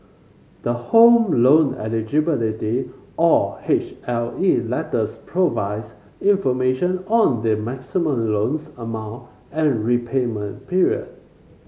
the Home Loan Eligibility or H L E letters provides information on the maximum loans amount and repayment period